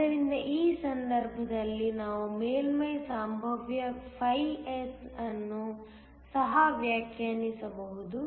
ಆದ್ದರಿಂದ ಈ ಸಂದರ್ಭದಲ್ಲಿ ನಾವು ಮೇಲ್ಮೈ ಸಂಭಾವ್ಯ φS ಅನ್ನು ಸಹ ವ್ಯಾಖ್ಯಾನಿಸಬಹುದು